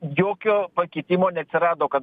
jokio pakeitimo neatsirado kad